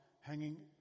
hanging